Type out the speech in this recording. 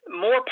more